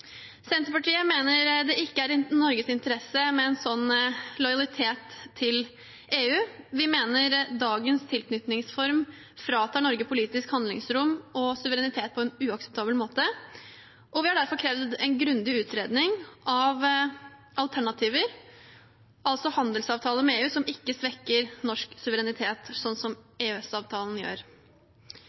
Senterpartiet mener det ikke er i Norges interesse med en sånn lojalitet til EU. Vi mener dagens tilknytningsform fratar Norge politisk handlingsrom og suverenitet på en uakseptabel måte, og vi har derfor krevd en grundig utredning av alternativer, altså handelsavtaler med EU som ikke svekker norsk suverenitet, sånn som EØS-avtalen gjør.